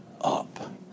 up